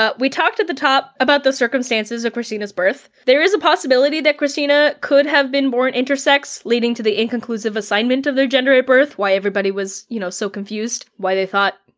ah we talked at the top about the circumstances of kristina's birth. there is a possibility that kristina could have been born intersex, leading to the inconclusive assignment of their gender at birth, why everybody was, you know, so confused. why they thought,